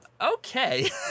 Okay